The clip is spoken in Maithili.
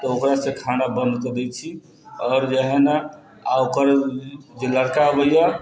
ओकरासँ खाना बन्द कऽ दै छी आओर जे हइ ने ओकर जे लड़का अबैए